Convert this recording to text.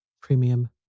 Premium